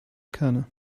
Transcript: kerne